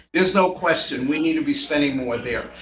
there's no question we need to be spending more there.